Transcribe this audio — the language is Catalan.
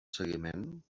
seguiment